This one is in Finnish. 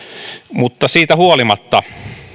mutta siitä huolimatta